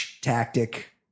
tactic